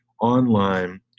online